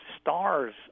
stars